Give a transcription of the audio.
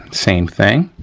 same thing,